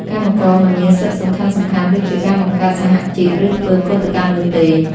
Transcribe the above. កម្មករមិនមានសិទ្ធិសំខាន់ៗដូចជាការបង្កើតសហជីព ឬធ្វើកូដកម្មនោះទេ។